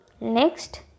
next